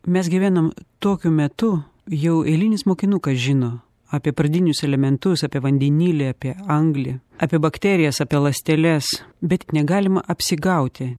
mes gyvenam tokiu metu jau eilinis mokinukas žino apie pradinius elementus apie vandenilį apie anglį apie bakterijas apie ląsteles bet negalima apsigauti